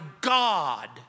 God